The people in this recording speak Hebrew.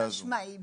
חד-משמעי.